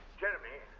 jeremy,